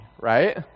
right